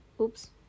Oops